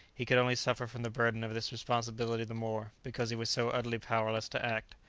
he could only suffer from the burden of this responsibility the more, because he was so utterly powerless to act.